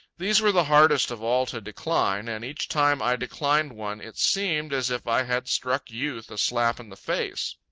these were the hardest of all to decline, and each time i declined one it seemed as if i had struck youth a slap in the face.